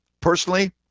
personally